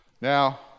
Now